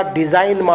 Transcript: design